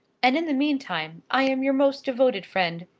and in the meantime, i am your most devoted friend,